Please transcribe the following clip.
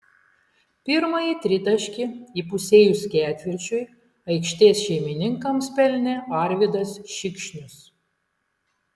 pirmąjį tritaškį įpusėjus ketvirčiui aikštės šeimininkams pelnė arvydas šikšnius